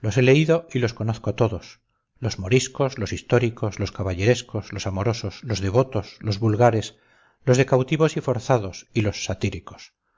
los he leído y los conozco todos los moriscos los históricos los caballerescos los amorosos los devotos los vulgares los de cautivos y forzados y los satíricos